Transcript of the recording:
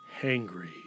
Hangry